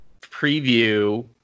preview